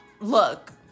look